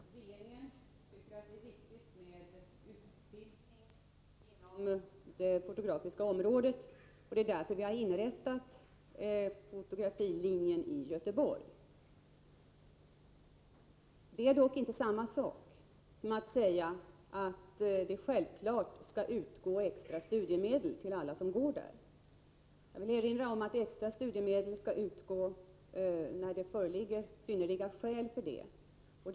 Fru talman! Regeringen anser att det är viktigt med utbildning inom det fotografiska området. Därför har vi inrättat fotografilinjen i Göteborg. Det är dock inte samma sak som att säga att extra studiemedel självfallet skall utgå till alla som studerar på den linjen. Jag vill erinra om att extra studiemedel skall utgå när synnerliga skäl föreligger.